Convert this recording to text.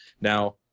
Now